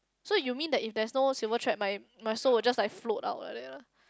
so you mean that if there's no silver thread my my soul will just like float out like that lah